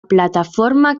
plataforma